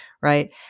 right